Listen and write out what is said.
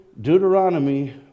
Deuteronomy